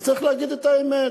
וצריך להגיד את האמת.